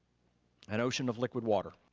an ocean of liquid water.